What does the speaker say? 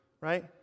right